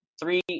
three